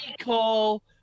call